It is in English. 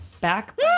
back